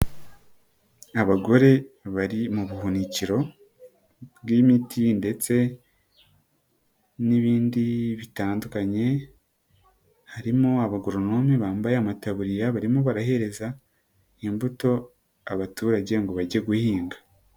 Abagore bari mu buhunikiro bw'imiti ndetse n'ibindi bitandukanye, harimo abagoronome bambaye amataburiya barimo barahereza, imbuto abaturage ngo bajye guhinga.